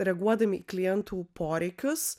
reaguodami į klientų poreikius